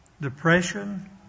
depression